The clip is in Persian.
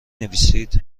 نویسید